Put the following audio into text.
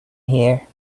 here